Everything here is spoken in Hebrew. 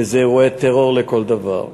וזה אירוע טרור לכל דבר,